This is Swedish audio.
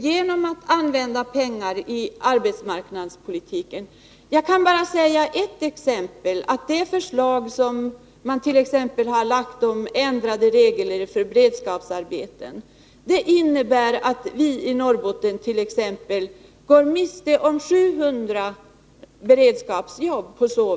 Jag vill här bara nämna det förslag som har lagts fram om ändrade regler för beredskapsarbeten. Det innebär att vi i Norrbotten går miste om 700 beredskapsjobb.